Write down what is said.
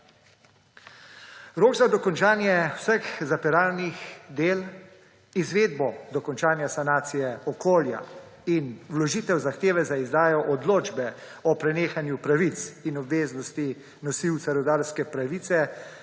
Rok za dokončanje vseh zapiralnih del, izvedbo dokončanja sanacije okolja in vložitev zahteve za izdajo odločbe o prenehanju pravic in obveznosti nosilcev rudarske pravice